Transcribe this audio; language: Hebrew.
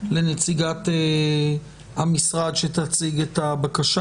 לנציגת המשרד שתציג את הבקשה.